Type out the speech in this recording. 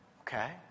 Okay